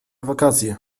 wakacje